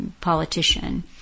politician